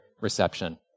reception